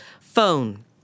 Phone